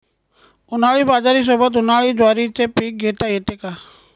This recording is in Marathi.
उन्हाळी बाजरीसोबत, उन्हाळी ज्वारीचे पीक घेता येते का?